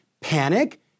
panic